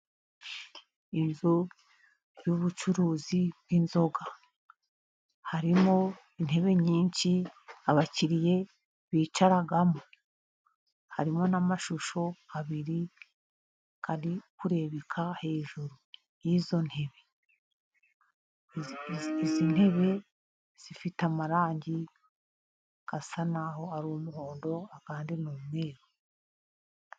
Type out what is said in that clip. Inzu y'ubucuruzi bw'inzoga ,harimo intebe nyinshi abakiriya bicaramo, harimo n'amashusho abiri ,kari kurebeka hejuru y'izo ntebe .Izi ntebe zifite amarangi asa n'aho ari umuhondo ,andi n'umweru.